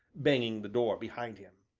banging the door behind him.